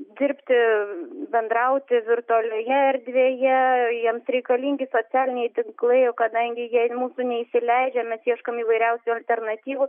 dirbti bendrauti virtualioje erdvėje jiems reikalingi socialiniai tinklai kadangi jei mūsų neįsileidžia mes ieškom įvairiausių alternatyvų